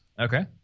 okay